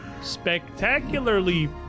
spectacularly